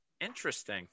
Interesting